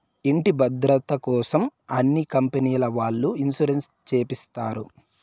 ఇంటి భద్రతకోసం అన్ని కంపెనీల వాళ్ళు ఇన్సూరెన్స్ చేపిస్తారు